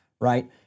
right